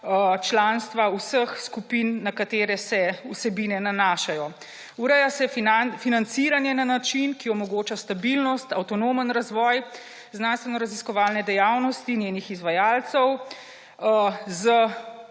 članstva vseh skupin, na katere se vsebine nanašajo. Ureja se financiranje na način, ki omogoča stabilnost, avtonomen razvoj znanstvenoraziskovalne dejavnosti, njenih izvajalcev,